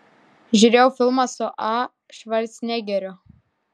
žiūrėjau filmą su a švarcnegeriu